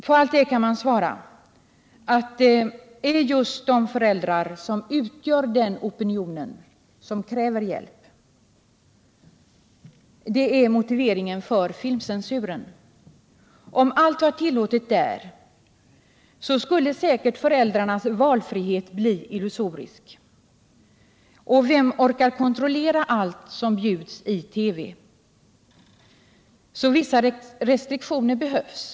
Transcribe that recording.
På allt detta kan man svara: Det är just dessa föräldrar som utgör den opinion som kräver hjälp. Detta är också motiveringen för filmcensuren. Om - Nr 120 allt var tillåtet där skulle säkert föräldrarnas valfrihet bli illusorisk. Och vem Fredagen den orkar kontrollera allt som bjuds i TV? Vissa restriktioner behövs alltså.